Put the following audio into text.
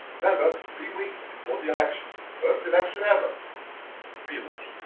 remember three weeks before the election first election ever pretty much